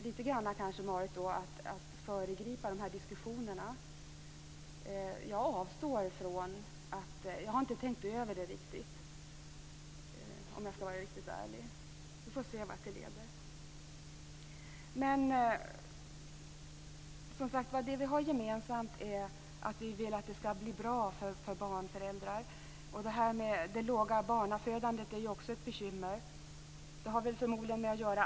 Det är lite marigt att föregripa överläggningarna. Jag avstår, för jag har inte tänkt över det riktigt, om jag skall vara ärlig. Vi får se vart det leder. Det vi har gemensamt är att vi vill att det skall bli bra för barn och föräldrar. Det låga barnafödandet är också ett bekymmer.